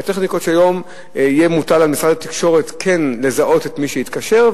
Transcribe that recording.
בטכניקות של היום יהיה מותר למשרד התקשורת כן לזהות את מי שהתקשר,